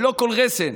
בלא כל רסן,